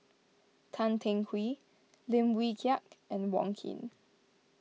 Tan Teng Kee Lim Wee Kiak and Wong Keen